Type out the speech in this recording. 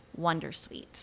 Wondersuite